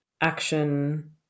action